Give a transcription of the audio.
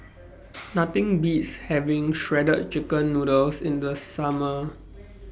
Nothing Beats having Shredded Chicken Noodles in The Summer